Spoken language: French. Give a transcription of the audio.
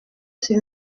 sur